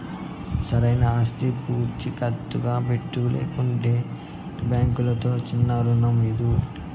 సరైన ఆస్తి పూచీకత్తుగా పెట్టు, లేకంటే బాంకీలుతో చిన్నా రుణమీదు